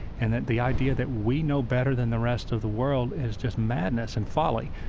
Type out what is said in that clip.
and that the idea that we know better than the rest of the world is just madness and folly.